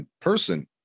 person